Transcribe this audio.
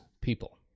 People